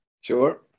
sure